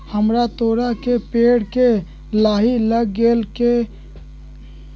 हमरा तोरी के पेड़ में लाही लग गेल है का करी?